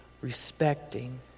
respecting